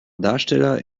darsteller